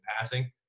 passing